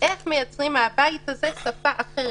ואיך מייצרים מהבית הזה שפה אחרת,